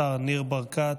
השר ניר ברקת,